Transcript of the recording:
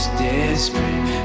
desperate